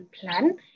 plan